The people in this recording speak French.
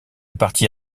partie